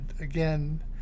again